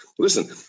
Listen